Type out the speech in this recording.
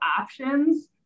options